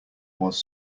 was